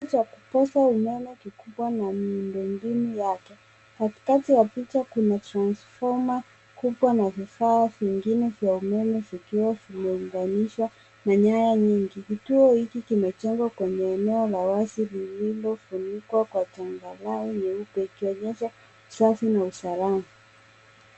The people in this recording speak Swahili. Kituo cha kupasa umeme kikubwa na miundo mbinu yake. Katikati ya picha kuna transfomer kubwa na vifaa vingine vya umeme vikiwa vimeunganishwa na nyaya nyingi. Kituo hiki kimejengwa kwenye eneo la wazi lililofunikwa kwa changarawe nyeupe, likionyesha usafi na usalama.